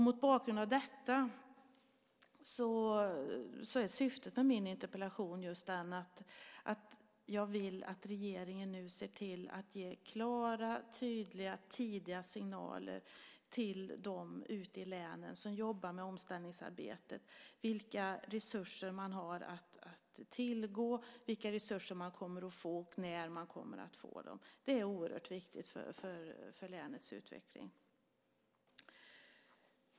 Mot bakgrund av detta är syftet med min interpellation just att jag vill att regeringen nu ser till att ge klara, tydliga, tidiga signaler till de personer ute i länen som jobbar med omställningsarbetet - vilka resurser man har att tillgå, vilka resurser man kommer att få och när man kommer att få dem. Det är oerhört viktigt för länets utveckling.